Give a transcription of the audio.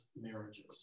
marriages